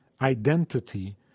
identity